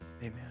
Amen